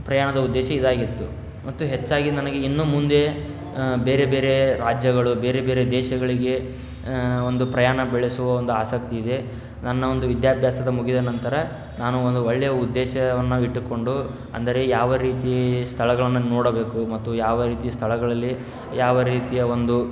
ಪ್ರಯಾಣದ ಉದ್ದೇಶ ಇದಾಗಿತ್ತು ಮತ್ತು ಹೆಚ್ಚಾಗಿ ನನಗೆ ಇನ್ನು ಮುಂದೆ ಬೇರೆ ಬೇರೆ ರಾಜ್ಯಗಳು ಬೇರೆ ಬೇರೆ ದೇಶಗಳಿಗೆ ಒಂದು ಪ್ರಯಾಣ ಬೆಳೆಸುವ ಒಂದು ಆಸಕ್ತಿ ಇದೆ ನನ್ನ ಒಂದು ವಿದ್ಯಾಭ್ಯಾಸ ಮುಗಿದ ನಂತರ ನಾನು ಒಂದು ಒಳ್ಳೆಯ ಉದ್ದೇಶವನ್ನು ಇಟ್ಟುಕೊಂಡು ಅಂದರೆ ಯಾವ ರೀತಿ ಸ್ಥಳಗಳನ್ನು ನೋಡಬೇಕು ಮತ್ತು ಯಾವ ರೀತಿ ಸ್ಥಳಗಳಲ್ಲಿ ಯಾವ ರೀತಿಯ ಒಂದು